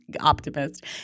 Optimist